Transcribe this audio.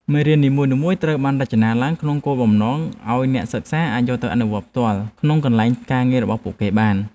មេរៀននីមួយៗត្រូវបានរចនាឡើងក្នុងគោលបំណងឱ្យអ្នកសិក្សាអាចយកទៅអនុវត្តផ្ទាល់ក្នុងកន្លែងការងាររបស់ពួកគេបាន។